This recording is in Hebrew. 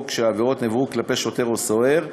או כשהעבירות נעברו כלפי שוטר או סוהר.